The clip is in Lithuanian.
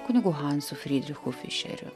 kunigu hansu frydricho fišeriu